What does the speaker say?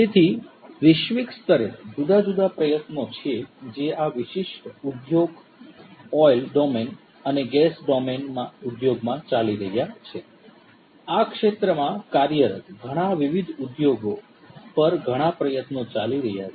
તેથી વૈશ્વિક સ્તરે જુદા જુદા પ્રયત્નો છે જે આ વિશિષ્ટ ઉદ્યોગ ઓઇલ ડોમેન અને ગેસ ડોમેન ઉદ્યોગ માં ચાલી રહ્યા છે આ ક્ષેત્રમાં કાર્યરત ઘણાં વિવિધ ઉદ્યોગો પર ઘણા પ્રયત્નો ચાલી રહ્યા છે